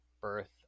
birth